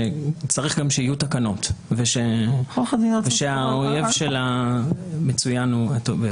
שצריך גם שיהיו תקנות ושהאויב של הטוב ביותר הוא המצוין.